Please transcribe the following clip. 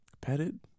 Petted